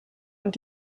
und